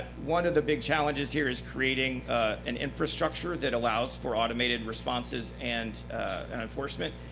one of the big challenges here is creating an infrastructure that allows for automated responses and and enforcement,